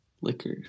Liquor